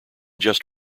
just